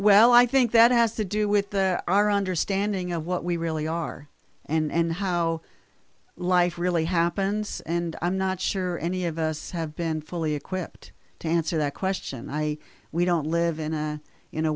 well i think that has to do with our understanding of what we really are and how life really happens and i'm not sure any of us have been fully equipped to answer that question i we don't live in a in a